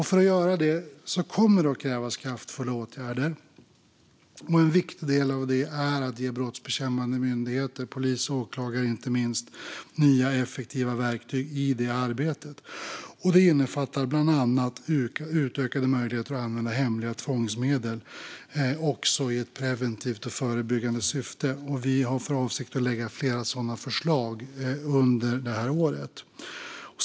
För att göra det kommer det att krävas kraftfulla åtgärder, och en viktig del av det är att ge brottsbekämpande myndigheter, polis och åklagare inte minst, nya och effektiva verktyg i det arbetet. Det innefattar bland annat utökade möjligheter att använda hemliga tvångsmedel också i ett preventivt och förebyggande syfte. Vi avser att lägga flera sådana förslag under det här året.